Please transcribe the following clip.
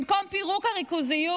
במקום פירוק הריכוזיות,